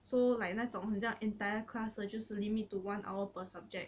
so like 那种很像 entire class 的就是 limit to one hour per subject